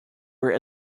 were